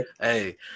Hey